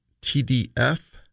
TDF